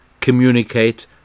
Communicate